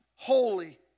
Holy